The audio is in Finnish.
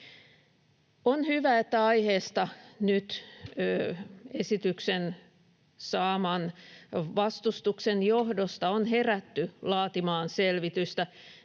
On hyvä, että aiheesta on nyt esityksen saaman vastustuksen johdosta herätty laatimaan selvitystä.